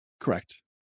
Correct